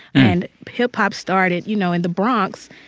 and hip-hop started, you know, in the bronx,